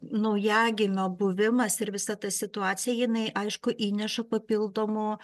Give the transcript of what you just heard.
naujagimio buvimas ir visa ta situacija jinai aišku įneša papildomo